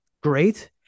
great